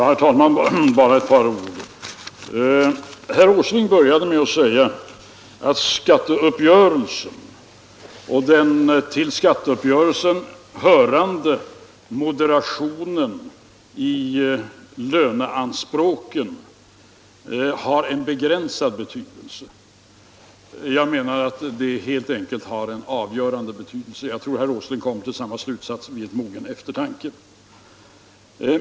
Herr talman! Herr Åsling började med att säga att skatteuppgörelsen och den till skatteuppgörelsen hörande moderationen av löneanspråken har en begränsad betydelse. Jag menar att den helt enkelt har en avgörande betydelse. Jag tror att herr Åsling kommer till samma slutsats vid mogen eftertanke.